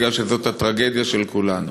כי זאת הטרגדיה של כולנו.